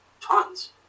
tons